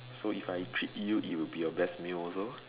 so if I treat you it will be your best meal also